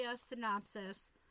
synopsis